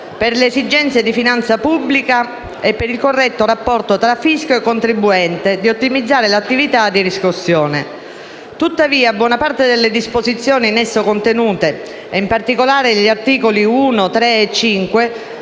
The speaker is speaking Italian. per le esigenze di finanza pubblica e per il corretto rapporto tra fisco e contribuente e per ottimizzare l'attività di riscossione. Tuttavia, buona parte delle disposizioni in esso contenute (ed in particolare gli articoli l, 3 e 5)